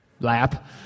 lap